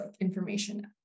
information